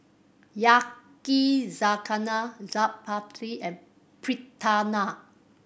Yakizakana Chaat Papri and Fritada